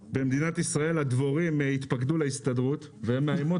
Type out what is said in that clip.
דבורים במדינת ישראל התפקדו להסתדרות והן מאיימות